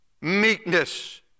meekness